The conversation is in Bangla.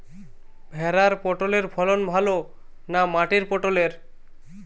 ভেরার পটলের ফলন ভালো না মাটির পটলের?